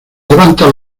levanta